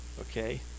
okay